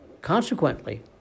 Consequently